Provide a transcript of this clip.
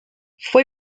fue